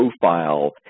profile